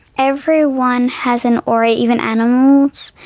everyone has an aura, even animals.